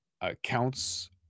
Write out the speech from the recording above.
accounts